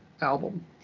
Album